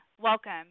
Welcome